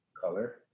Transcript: Color